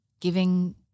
giving